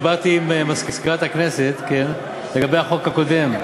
דיברתי עם מזכירת הכנסת לגבי החוק הקודם,